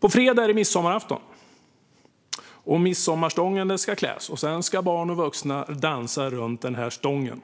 På fredag är det midsommarafton. Midsommarstången ska kläs, och sedan ska barn och vuxna dansa runt stången.